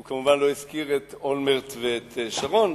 הוא כמובן לא הזכיר את אולמרט ואת שרון.